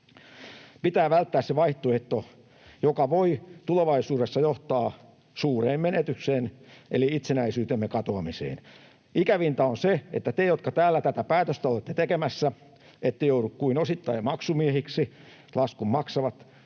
Pitää välttää se vaihtoehto, joka voi tulevaisuudessa johtaa suureen menetykseen eli itsenäisyytemme katoamiseen. Ikävintä on se, että te, jotka täällä tätä päätöstä olette tekemässä, ette joudu kuin osittain maksumiehiksi. Laskun maksavat